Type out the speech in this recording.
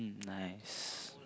nice